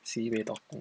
sibei tokgong